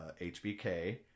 HBK